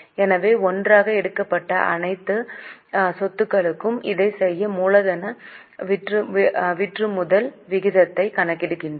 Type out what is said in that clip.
எனவே ஒன்றாக எடுக்கப்பட்ட அனைத்து சொத்துக்களுக்கும் இதைச் செய்ய மூலதன விற்றுமுதல் விகிதத்தைக் கணக்கிடுகிறோம்